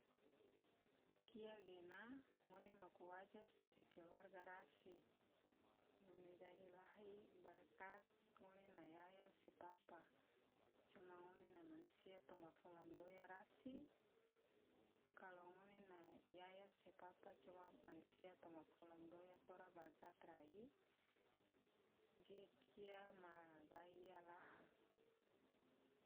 Kia gena ngone maku waje se keluarga rasi, ngone gahi lahi barakat se ngone na yaya se papa coma ngone na mansia toma fola madoya rasi, kalo ngone na yaya se papa coma mansia toma fola madoya tora toa barakat rai ge kia magai iya laha.